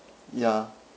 ya